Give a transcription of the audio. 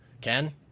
Ken